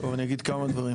טוב, אני אגיד כמה דברים.